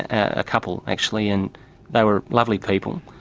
a couple actually, and they were lovely people,